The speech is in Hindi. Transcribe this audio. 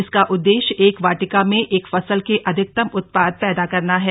इसका उद्देश्य एक वाटिका में एक फसल के अधिकतम उत्पाद पैदा करना है